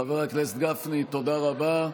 חבר הכנסת גפני, תודה רבה.